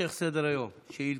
המשך סדר היום, שאילתות.